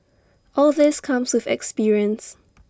all this comes with experience